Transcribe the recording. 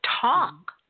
talk